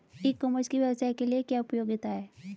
ई commerce की व्यवसाय के लिए क्या उपयोगिता है?